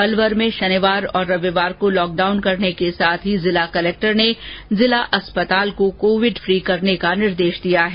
अलवर में शनिवार और रविवार को लॉकडाउन करने के साथ ही जिला कलेक्टर ने जिला अस्पताल को कोविड फ्री करने का निर्देश दिया है